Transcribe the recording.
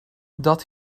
dat